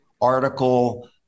article